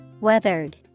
Weathered